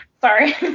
Sorry